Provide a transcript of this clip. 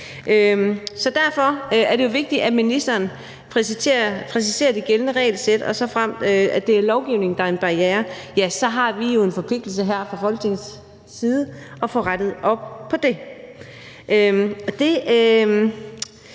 Derfor er det vigtigt, at ministeren præciserer de gældende regelsæt, og såfremt det er lovgivningen, der er en barriere, har vi jo en forpligtigelse her fra Folketingets side til at få rettet op på det.